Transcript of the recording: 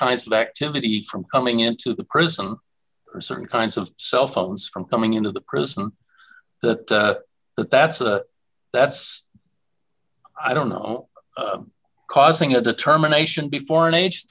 kinds of activity from coming into the prison or certain kinds of cell phones from coming into the prison that that that's a that's i don't know causing a determination before an age